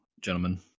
gentlemen